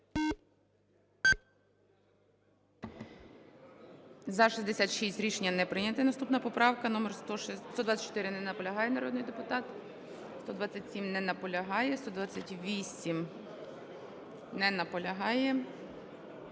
За-66 Рішення не прийнято. Наступна поправка номер 124. Не наполягає народний депутат. 127. Не наполягає. 128. Не наполягає.